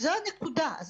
זו הנקודה.